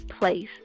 place